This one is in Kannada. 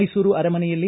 ಮೈಸೂರು ಅರಮನೆಯಲ್ಲಿ